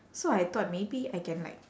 so I thought maybe I can like